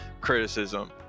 criticism